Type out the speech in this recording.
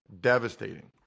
Devastating